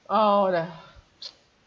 oh lah